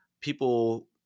people